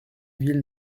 villes